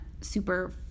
super